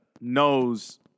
knows